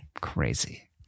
Crazy